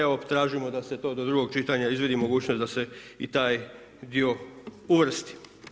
Evo, tražimo da se to do drugog čitanja izvidi mogućnost da se i taj dio uvrsti.